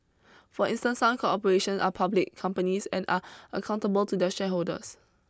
for instance some corporation are public companies and are accountable to their shareholders